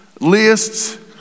lists